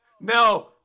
No